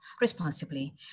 responsibly